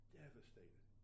devastated